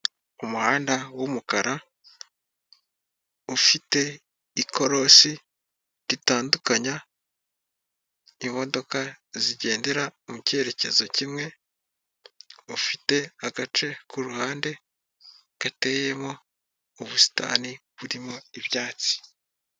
Umuhanda w' umukara ufite ikorosi ritandukanya imodoka zigendera mu cyerekezo kimwe. Ufite agace kuruhande gateyemo ubusitani burimo ibyatsi.